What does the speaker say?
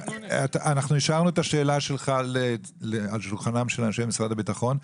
אנחנו השארנו את השאלה שלך על שולחנם של אנשי משרד הביטחון,